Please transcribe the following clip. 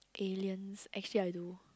aliens actually I do